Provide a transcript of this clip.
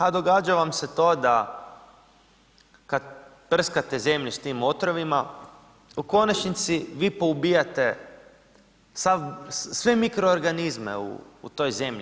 A događa vam se to da kad prskate zemlju s tim otrovima, u konačnici vi poubijate sav, sve mikroorganizme u toj zemlji.